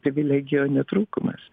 privilegija o ne trūkumas